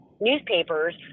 newspapers